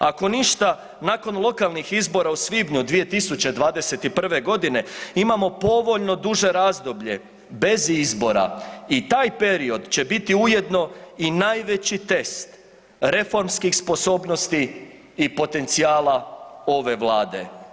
Ako ništa, nakon lokalnih izbora u svibnju 2021.g. imamo povoljno duže razdoblje bez izbora i taj period će biti ujedno i najveći test reformskih sposobnosti i potencijala ove vlade.